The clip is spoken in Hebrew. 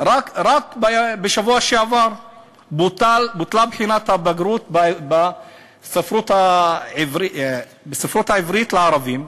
רק בשבוע שעבר בוטלה בחינת הבגרות בספרות עברית לערבים,